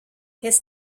his